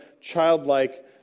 childlike